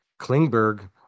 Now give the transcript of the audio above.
Klingberg